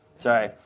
Sorry